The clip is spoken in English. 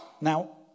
Now